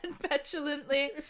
petulantly